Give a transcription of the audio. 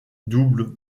double